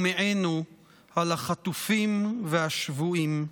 ומעינו על החטופים והשבויים.